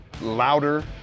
louder